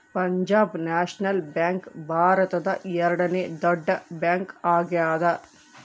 Punjab National Bank ಭಾರತದ ಎರಡನೆ ದೊಡ್ಡ ಬ್ಯಾಂಕ್ ಆಗ್ಯಾದ